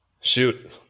Shoot